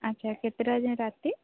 ଆଚ୍ଛା କେତେଟା ଯାଏଁ ରାତି